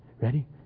ready